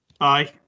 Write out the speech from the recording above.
Aye